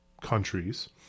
countries